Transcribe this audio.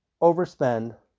overspend